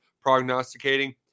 prognosticating